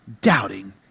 doubting